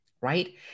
right